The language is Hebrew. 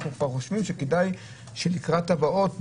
אנחנו כבר חושבים שלקראת הבאות,